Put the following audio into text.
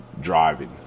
driving